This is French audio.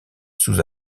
sous